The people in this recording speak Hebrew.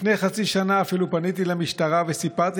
לפני חצי שנה אפילו פניתי למשטרה וסיפרתי